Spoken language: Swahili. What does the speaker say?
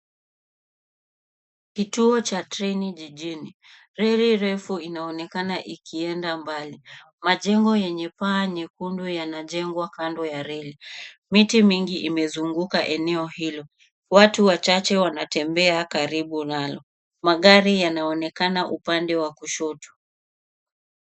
Kituo cha treni jijini. Reli refu inonekana ikienda mbali. Majengo yenye paa nyekundu yanajengo kando ya reli. Miti mingi imezunguka eneo hilo. Watu wachache wanatembea karibu nalo. Magari yanaonekana upande wa kushoto.